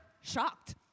shocked